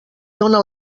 dóna